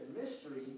mystery